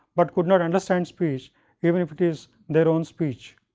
but could not understand speech even if it is their own speech.